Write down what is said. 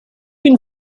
been